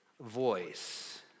voice